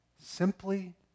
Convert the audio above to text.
simply